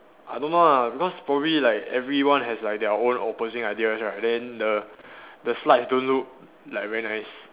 I don't know lah because probably like everyone has like their own opposing ideas right then the the slides don't look like very nice